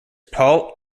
paul